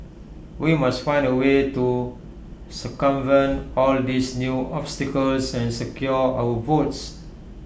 we must find A way to circumvent all these new obstacles and secure our votes